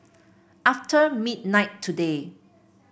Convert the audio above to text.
after midnight today